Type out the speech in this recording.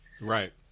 Right